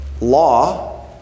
law